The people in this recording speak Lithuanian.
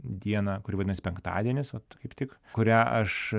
dieną kuri vadinasi penktadienis o kaip tik kurią aš